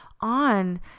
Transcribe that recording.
on